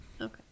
Okay